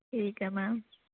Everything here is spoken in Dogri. ठीक ऐ मैम